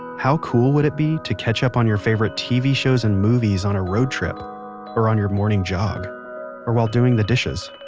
how cool would it be to catch up on your favorite tv shows and movies on a road trip or on your morning jog or while doing the dishes?